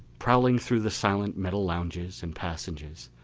prowling through the silent metal lounges and passages,